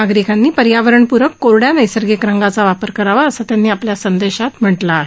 नागरिकांनी पर्यावरणप्रक कोरडया नैसर्गिक रंगाचा वापर करावा असं त्यांनी आपल्या संदेशात म्हटलं आहे